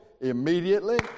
immediately